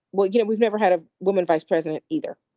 well, you know, we've never had a woman vice president either.